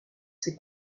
ses